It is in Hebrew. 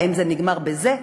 האם זה נגמר בזה?